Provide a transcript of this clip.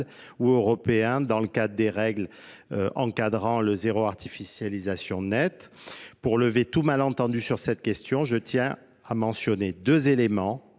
ou européenen dans le cadre des règles encadrant le zéro artificialisés nette pour lever tout malentendu sur cette question. je tiens à mentionner deux éléments